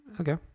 Okay